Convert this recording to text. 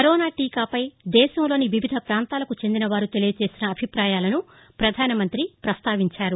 corona టీకా పై దేశంలోని వివిధ ప్రాంతాలకు చెందిన వారు తెలియజేసిన అభిప్రాయాలను ప్రధాని ప్రస్తావించారు